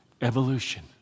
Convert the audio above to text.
Evolution